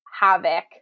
havoc